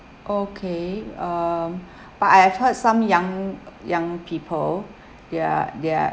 okay um but I have heard some young young people they're they're